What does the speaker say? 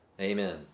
Amen